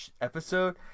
episode